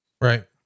Right